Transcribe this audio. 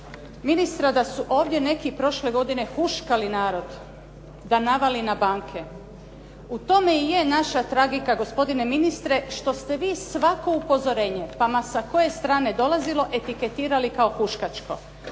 ministra da su ovdje neki prošle godine huškali narod da navali na banke. U tome i je naša tragika gospodine ministre, što ste vi svako upozorenje, pa ma sa koje strane dolazilo, etiketirali kao huškačko.